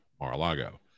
Mar-a-Lago